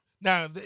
Now